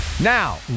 Now